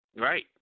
Right